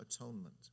atonement